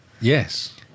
Yes